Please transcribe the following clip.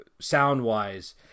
sound-wise